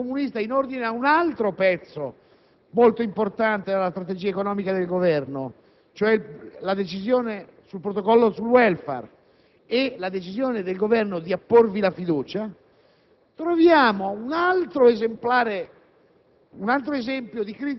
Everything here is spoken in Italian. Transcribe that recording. Se poi leggiamo le dichiarazioni di ieri di Rifondazione Comunista in ordine ad un altro pezzo molto importante della strategia economica del Governo, cioè il Protocollo sul *welfare* e la decisione del Governo di apporvi la fiducia,